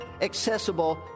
accessible